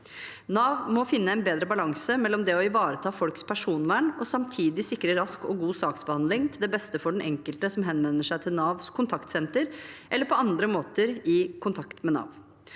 Nav må finne en bedre balanse mellom det å ivareta folks personvern og samtidig sikre rask og god saksbe handling til beste for den enkelte som henvender seg til Navs kontaktsenter eller på andre måter er i kontakt med Nav.